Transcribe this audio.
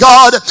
God